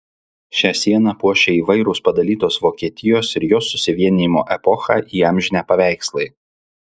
šią sieną puošia įvairūs padalytos vokietijos ir jos susivienijimo epochą įamžinę paveikslai